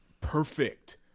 perfect